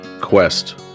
quest